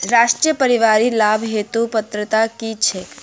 राष्ट्रीय परिवारिक लाभ हेतु पात्रता की छैक